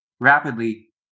rapidly